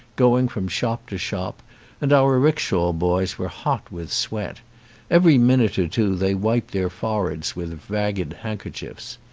going from shop to shop and our rick shaw boys were hot with sweat every minute or two they wiped their foreheads with ragged hand kerchiefs.